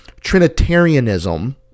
Trinitarianism